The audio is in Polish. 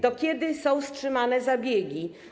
Do kiedy są wstrzymane zabiegi?